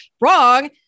Wrong